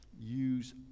Use